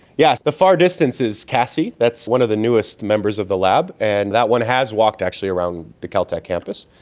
yes, the far distance is cassie, that's one of the newest members of the lab, and that one has walked actually around the caltech campus,